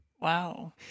wow